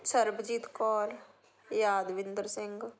Sarabjit Kaur Yadvinder Singh